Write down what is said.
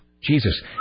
Jesus